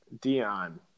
Dion